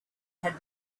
had